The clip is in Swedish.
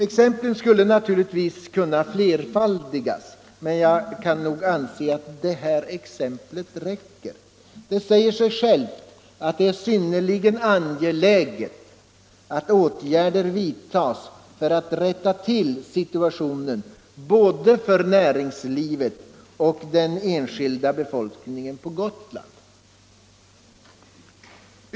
Exemplen kunde naturligtvis flerfaldigas, men detta kan räcka. Det säger sig självt att det är synnerligen angeläget att åtgärder vidtas för att rätta till situationen både för näringslivet och för den enskilda befolkningen på Gotland.